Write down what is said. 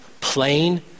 plain